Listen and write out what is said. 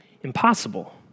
impossible